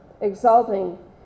exalting